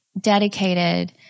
dedicated